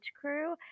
crew